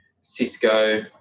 Cisco